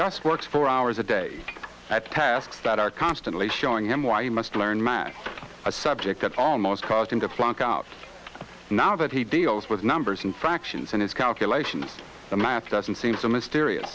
works four hours a day at tasks that are constantly showing him why he must learn math a subject that almost cost him to flunk out now that he deals with numbers and fractions in his calculations the math doesn't seem so mysterious